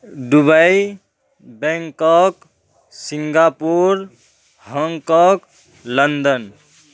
Dubai Bangkok Singapore Hong Kong London